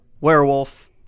werewolf